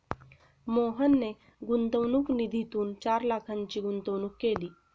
मोहनने गुंतवणूक निधीतून चार लाखांची गुंतवणूक केली